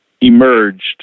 emerged